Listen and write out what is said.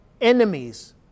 enemies